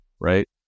right